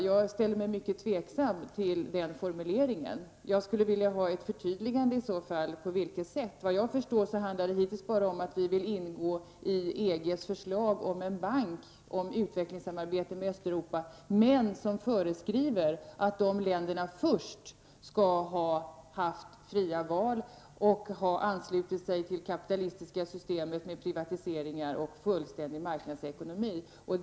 Jag ställer mig mycket tveksam till den formuleringen och skulle vilja ha ett förtydligande: På vilket sätt? Såvitt jag förstår handlar det hittills bara om att vi vill ansluta oss till EG:s förslag om en bank beträffande utvecklingssamarbete med Östeuropa, som emellertid föreskriver att länderna först skall ha haft fria val och ha anslutit sig till det kapitalistiska systemet med privatiseringar och fullständig marknadsekonomi.